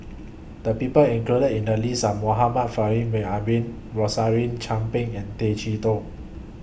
The People included in The list Are Muhammad Faishal Ibrahim Rosaline Chan Pang and Tay Chee Toh